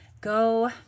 go